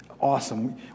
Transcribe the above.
awesome